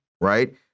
Right